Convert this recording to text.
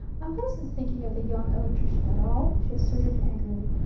i wasn't thinking of the young electrician at all! she asserted angrily.